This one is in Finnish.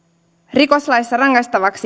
rikoslaissa rangaistavaksi